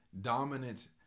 dominant